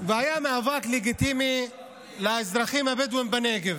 והיה מאבק לגיטימי לאזרחים הבדואים בנגב.